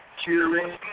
cheering